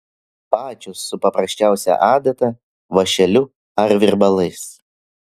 pačios su paprasčiausia adata vąšeliu ar virbalais